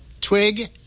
Twig